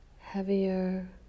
heavier